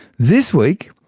this week,